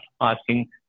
asking